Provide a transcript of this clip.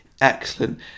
excellent